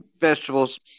vegetables